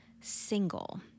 single